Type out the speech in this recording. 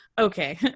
okay